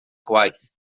gwaith